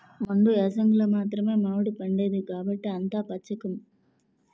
మండు ఏసంగిలో మాత్రమే మావిడిపండేది కాబట్టే అంత పచ్చేకం